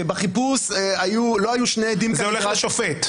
שבחיפוש לא היו שני עדים כנדרש --- זה הולך לשופט.